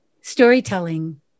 storytelling